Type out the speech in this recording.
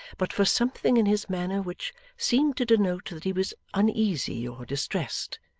but for something in his manner which seemed to denote that he was uneasy or distressed.